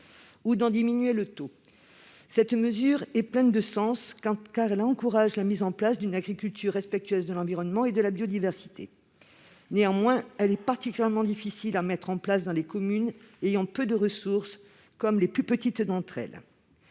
ou d'en diminuer le taux. Cette mesure est pleine de bon sens, car elle encourage la mise en place d'une agriculture respectueuse de l'environnement et de la biodiversité. Néanmoins, elle est particulièrement difficile à mettre en place dans les communes ayant peu de ressources, comme les plus petites d'entre elles.